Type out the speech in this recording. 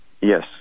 Yes